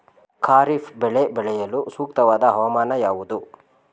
ಖಾರಿಫ್ ಬೆಳೆ ಬೆಳೆಯಲು ಸೂಕ್ತವಾದ ಹವಾಮಾನ ಯಾವುದು?